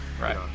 Right